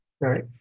Right